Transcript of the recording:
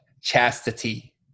chastity